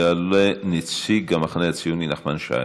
יעלה נציג המחנה הציוני נחמן שי.